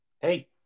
Hey